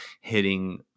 hitting